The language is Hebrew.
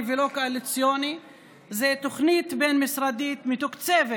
ולא קואליציוני זה תוכנית בין-משרדית מתוקצבת